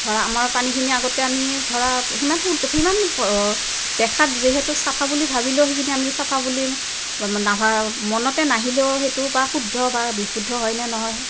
ধৰা আমাৰ পানীখিনি আগতে আমি সিমান সিমান দেখাত যিহেতু চাফা বুলি ভাবিলেও সেইখিনি আমি চাফা বুলি মনতে নাহিলেও সেইটো বা শুদ্ধ বা বিশুদ্ধ হয় নে নহয়